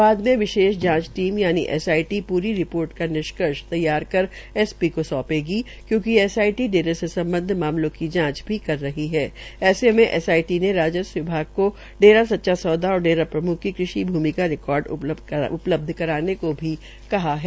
बाद में विशेष जांच टीम यानि एसआईटी पूरी रिपोर्ट का निष्कर्ष तैयार कर एस पी को सौंपेगी क्यंकि एसआईटी डेरे से सम्बदव मामलों की जांच कर रही है ऐसे में एसआईटी ने राजस्व विभाग को डेरा सच्चा सौदा और डेरा प्रम्ख की कृषि का रिकार्ड उपलब्ध कराने को भी कहा है